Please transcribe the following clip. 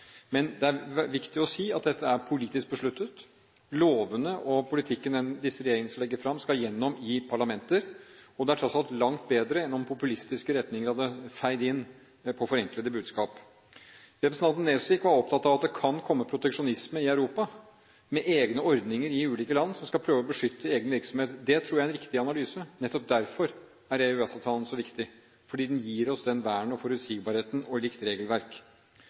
men det er viktig å si at dette er politisk besluttet. Lovene og politikken disse regjeringer skal legge fram, skal gjennom i parlamenter. Det er tross alt langt bedre enn om populistiske retninger hadde feid inn med forenklede budskap. Representanten Nesvik var opptatt av at det kan komme proteksjonisme i Europa, med egne ordninger i ulike land for å prøve å beskytte egen virksomhet. Det tror jeg er en riktig analyse. Nettopp derfor er EØS-avtalen så viktig, fordi den gir oss vern, forutsigbarhet og likt regelverk.